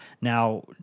Now